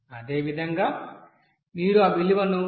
అదేవిధంగా మీరు ఆ విలువను 0